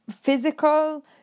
physical